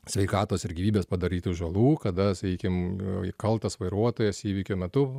sveikatos ir gyvybės padarytų žalų kada sakykim kaltas vairuotojas įvykio metu